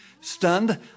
Stunned